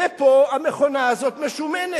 ופה המכונה הזאת משומנת.